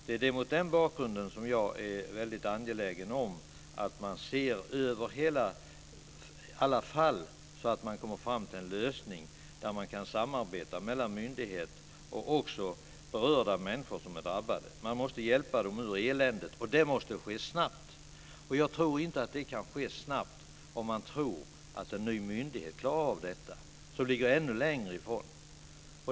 Det är mot den bakgrunden som jag är väldigt angelägen om att man ser över alla fall, så att man kommer fram till en lösning där man kan samarbeta med myndigheter och även de människor som är drabbade. Man måste hjälpa dem ur eländet och det måste ske snabbt. Jag tror inte att en ny myndighet, som ligger ännu längre ifrån, klarar detta snabbt.